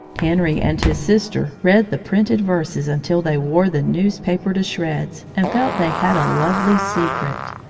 henry and his sister read the printed verses until they wore the newspaper to shreds and felt they had a lovely secret.